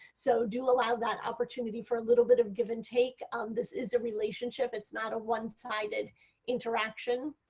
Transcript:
so do allow that opportunity for a little bit of give-and-take. um this is a relationship. it is not a one-sided interaction.